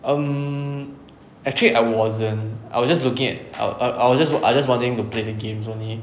um actually I wasn't I was just looking at err err I was I just wanting to play games only